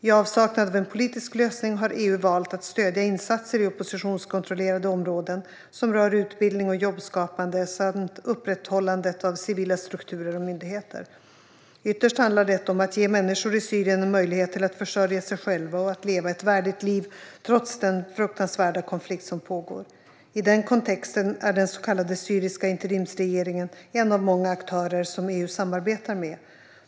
I avsaknad av en politisk lösning har EU valt att stödja insatser i oppositionskontrollerade områden som rör utbildning och jobbskapande samt upprätthållandet av civila strukturer och myndigheter. Ytterst handlar detta om att ge människor i Syrien en möjlighet till att försörja sig själva och att leva ett värdigt liv trots den fruktansvärda konflikt som pågår. I den kontexten är den så kallade syriska interimsregeringen en av många aktörer som EU samarbetar med.